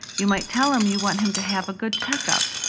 you might tell him you want him to have a good check-up,